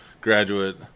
graduate